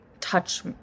touch